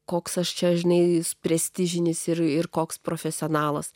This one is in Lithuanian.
koks aš čia žinai jis prestižinis ir ir koks profesionalas